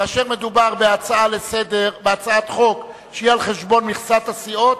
כאשר מדובר בהצעת חוק שהיא על חשבון מכסת הסיעות,